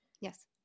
yes